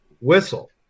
whistle